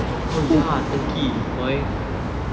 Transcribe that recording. oh ya turkey why